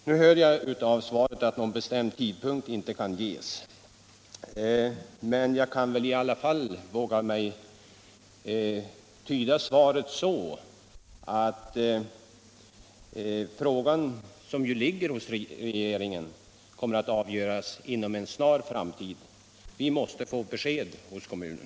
Nu hör jag av svaret att någon bestämd tidpunkt inte kan anges, men jag kan väl i alla fall våga mig på att tyda svaret så att ärendet, som ju ligger hos regeringen, kommer att avgöras inom en snar framtid. Kommunen måste nämligen få besked.